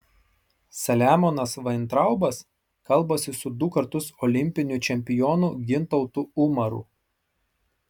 saliamonas vaintraubas kalbasi su du kartus olimpiniu čempionu gintautu umaru